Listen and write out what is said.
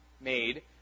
made